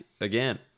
again